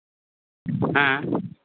ᱦᱮᱸ